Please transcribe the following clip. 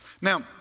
Now